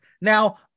Now